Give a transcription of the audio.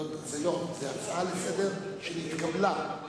זאת הצעה לסדר-היום, לא?